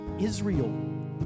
Israel